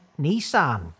Nissan